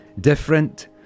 different